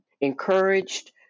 encouraged